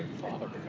Father